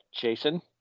Jason